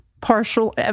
partial